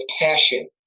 passion